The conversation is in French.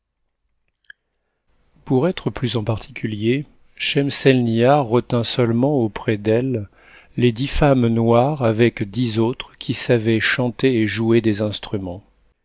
pour être plus en particulier schemselnihar retint seulement auprès d'ctte les dix femmes noires avec dix autres qui savaient chanter et jouer des instruments